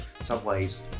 Subway's